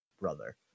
brother